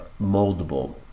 moldable